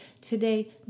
today